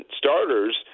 starters